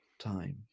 time